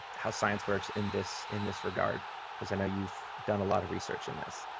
how science works in this in this regard because i know you've done a lot of research in this.